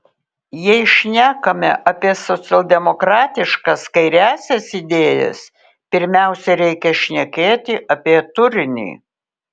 jei šnekame apie socialdemokratiškas kairiąsias idėjas pirmiausia reikia šnekėti apie turinį